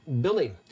Billy